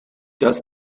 das